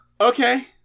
Okay